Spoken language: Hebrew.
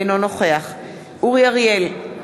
אינו נוכח אורי אריאל,